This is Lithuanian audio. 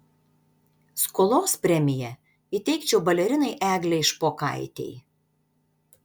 skolos premiją įteikčiau balerinai eglei špokaitei